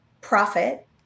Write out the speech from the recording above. profit